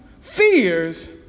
fears